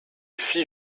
fit